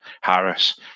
Harris